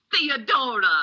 Theodora